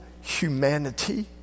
humanity